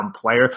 player